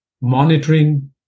Monitoring